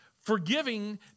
Forgiving